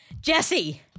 Jesse